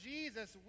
Jesus